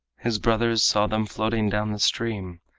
his brothers saw them floating down the stream,